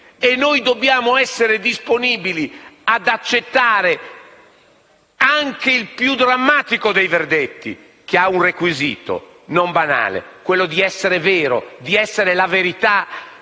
Noi dobbiamo essere disponibili ad accettare anche il più drammatico dei verdetti che ha un requisito non banale, quello di essere vero, di essere verità,